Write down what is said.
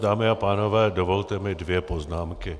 Dámy a pánové, dovolte mi dvě poznámky.